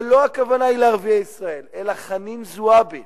והכוונה היא לא לערביי ישראל, אלא חנין זועבי